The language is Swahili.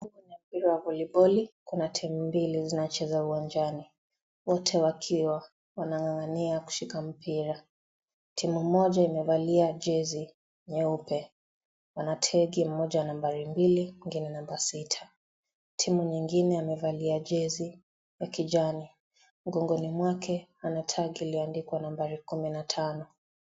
Huu ni mpira wa voliboli kuna timu mbili zinacheza uwanjani, wote wakiwa wanang'ang'ania kushika mpira. Timu moja imevalia jezi nyeupe. Wana tegi mmoja namba mbili mwingine namba sita. Timu nyingine imevalia jezi ya kijani. Mgongoni mwake ana tegi iliyoandikwa namba kumi na tano.